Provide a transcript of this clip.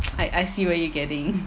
I I see where you getting